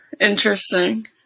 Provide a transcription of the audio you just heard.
interesting